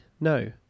no